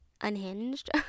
unhinged